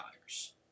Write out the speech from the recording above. tires